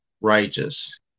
righteous